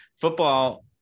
football